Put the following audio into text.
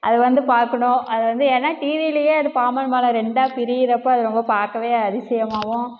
அது வந்து பார்க்கணும் அதை வந்து ஏன்னா டிவிலேயே அது பாம்பன் பாலம் ரெண்டாக பிரிகிறப்ப அது ரொம்ப பார்க்கவே அதிசயமாகவும்